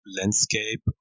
landscape